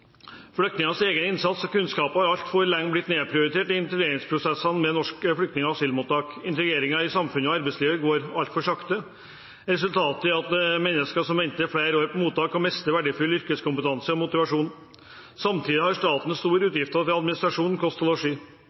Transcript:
Flyktningers egen innsats og kunnskaper har altfor lenge blitt nedprioritert i integreringsprosessen ved norske flyktning- og asylmottak. Integreringen i samfunnet og arbeidslivet går altfor sakte. Resultatet er at mennesker som venter flere år på mottak, kan miste verdifull yrkeskompetanse og motivasjon. Samtidig har staten store utgifter til administrasjon, kost og losji.